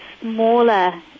smaller